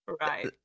Right